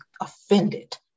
offended